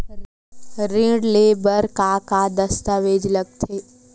ऋण ले बर का का दस्तावेज लगथे?